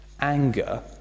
anger